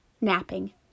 napping